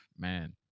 Man